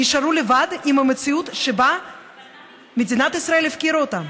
נשארו לבד עם המציאות שבה מדינת ישראל הפקירה אותם.